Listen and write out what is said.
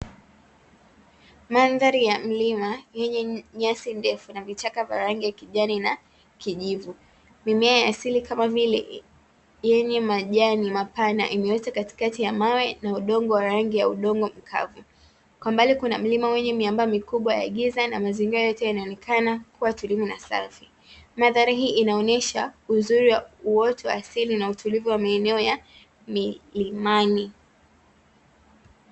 Mandhari ya mlima yenye nyasi ndefu na vichaka vya rangi ya kijani na kijivu. Mimea ya asili kama vile yenye majani mapana, imeota katikati ya mawe na udongo wa rangi ya udongo mkavu. Kwa mbali kuna mlima wenye miamba mikubwa ya giza na mazingira yote yanaonekana kuwa tulivu na safi. Mandhari hii inaonyesha uzuri wa uoto wa asili na utulivu wa maeneo ya milimani.